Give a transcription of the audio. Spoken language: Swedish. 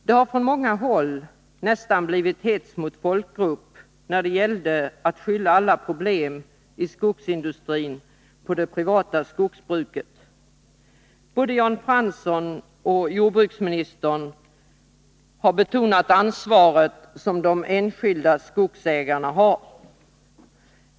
Det har från många håll nästan blivit hets mot folkgrupp när det gällde att skylla alla problem i skogsindustrin på det privata skogsbruket. Både Jan Fransson och jordbruksministern har betonat det ansvar som de enskilda skogsägarna har.